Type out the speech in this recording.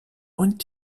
und